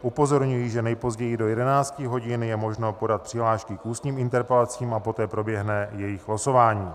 Upozorňuji, že nejpozději do 11 hodin je možno podat přihlášky k ústním interpelacím, a poté proběhne jejich losování.